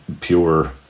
Pure